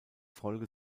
folge